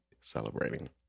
celebrating